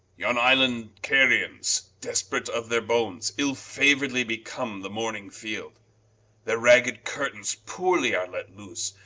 yond iland carrions, desperate of their bones, ill-fauoredly become the morning field their ragged curtaines poorely are let loose,